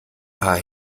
paar